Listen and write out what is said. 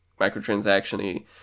microtransaction-y